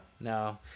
no